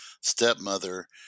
stepmother